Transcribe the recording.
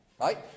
right